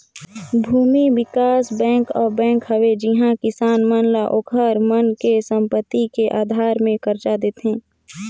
भूमि बिकास बेंक ओ बेंक हवे जिहां किसान मन ल ओखर मन के संपति के आधार मे करजा देथे